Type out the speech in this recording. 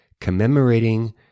commemorating